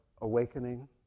awakening